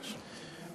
בבקשה.